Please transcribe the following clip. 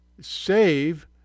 Save